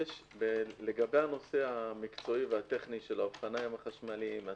לגבי הנושא המקצועי והטכני של האופניים החשמליים,